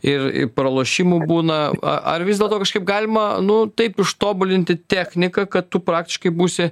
ir pralošimų būna a ar vis dėlto kažkaip galima nu taip ištobulinti techniką kad tu praktiškai būsi